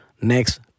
next